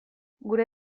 gure